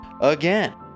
again